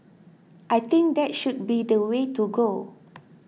I think that should be the way to go